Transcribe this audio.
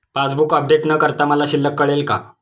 Passbook update न करता मला शिल्लक कळेल का?